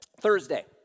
Thursday